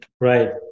right